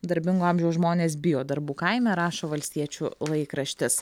darbingo amžiaus žmonės bijo darbų kaime rašo valstiečių laikraštis